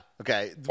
Okay